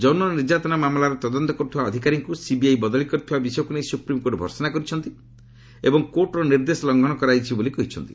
ଯୌନ ନିର୍ଯାତନା ମାମଲାର ତଦନ୍ତ କରୁଥିବା ଅଧିକାରୀଙ୍କୁ ସିବିଆଇ ବଦଳି କରିଥିବା ବିଷୟକୁ ନେଇ ସୁପ୍ରିମ୍କୋର୍ଟ ଭର୍ସନା କରିଛନ୍ତି ଏବଂ କୋର୍ଟର ନିର୍ଦ୍ଦେଶ ଲଙ୍ଘନ କରାଯାଇଛି ବୋଲି କହିଛନ୍ତି